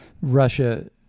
Russia